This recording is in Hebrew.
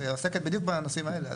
שעוסקת בדיוק בנושאים האלה.